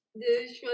de